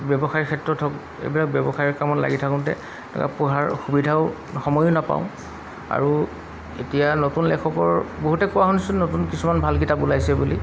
ব্যৱসায় ক্ষেত্ৰত হওক এইবিলাক ব্যৱসায়ৰ কামত লাগি থাকোঁতে এনেকুৱা পঢ়াৰ সুবিধাও সময়ো নাপাওঁ আৰু এতিয়া নতুন লেখকৰ বহুতে কোৱা শুনিছোঁ নতুন কিছুমান ভাল কিতাপ ওলাইছে বুলি